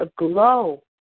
aglow